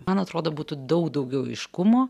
man atrodo būtų daug daugiau aiškumo